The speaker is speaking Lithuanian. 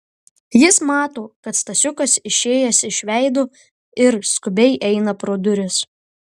jis mato kad stasiukas išėjęs iš veido ir skubiai eina pro duris